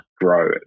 grow